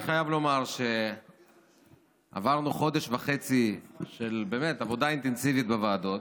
אני חייב לומר שעברנו חודש וחצי של באמת עבודה אינטנסיבית בוועדות.